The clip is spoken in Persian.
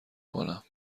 کنم